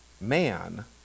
man